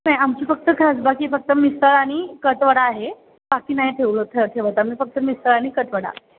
नाही आमची फक्त खासबाग ही फक्त मिसळ आणि कटवडा आहे बाकी नाही आहे ठेवत ठेवत आम्ही फक्त मिसळ आणि कटवडा